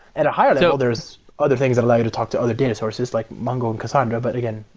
at a higher level there's other things that allow you to talk to other data sources like mongo and cassandra. but again,